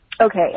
Okay